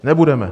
Nebudeme.